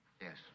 Yes